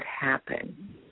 happen